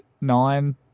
nine